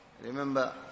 Remember